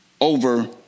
Over